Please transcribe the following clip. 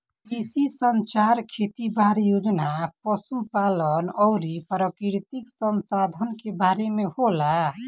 कृषि संचार खेती बारी, भोजन, पशु पालन अउरी प्राकृतिक संसधान के बारे में होला